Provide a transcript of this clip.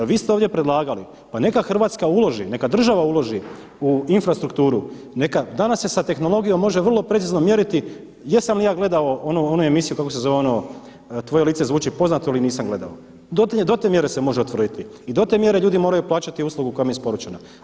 Vi ste ovdje predlagali, pa neka Hrvatska uloži, neka država uloži u infrastrukturu neka, danas se sa tehnologijom može vrlo precizno mjeriti, jesam li ja gledao onu emisiju, kako se zove ono Tvoje lice zvuči poznato ili nisam gledao, do te mjere se može utvrditi i do mjere ljudi moraju plaćati uslugu koja im je isporučena.